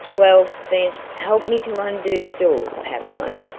well, then, help me to undo the door, pablo.